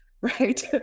right